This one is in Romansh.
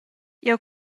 jeu